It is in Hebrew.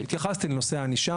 התייחסתי לנושא הענישה,